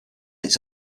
its